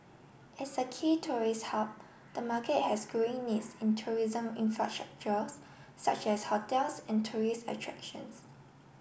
as a key tourist hub the market has growing needs in tourism infrastructure such as hotels and tourist attractions